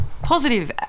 Positive